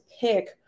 pick